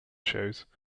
shows